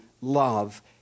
love